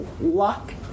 luck